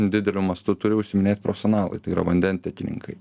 dideliu mastu turi užsiiminėt profesionalai tai yra vandentiekininkai